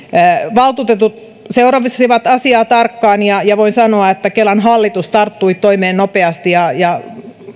valtuutetut seurasivat asiaa tarkkaan ja ja voin sanoa että kelan hallitus tarttui toimeen nopeasti ja ja